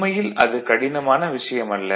உண்மையில் அது கடினமான விஷயம் அல்ல